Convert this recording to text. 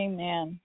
Amen